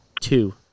two